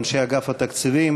אנשי אגף התקציבים,